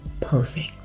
perfect